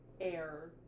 Air